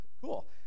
Cool